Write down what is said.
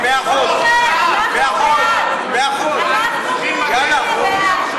מאה אחוז, מאה אחוז, יאללה.